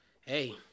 hey